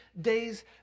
days